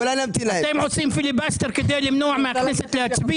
אנחנו עושים יומן ממוחשב.